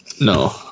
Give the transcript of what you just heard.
no